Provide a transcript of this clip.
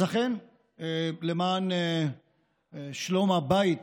אז אכן, למען שלום הבית,